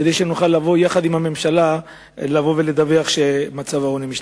כדי שנוכל לבוא עם הממשלה ולדווח שמצב העוני משתפר.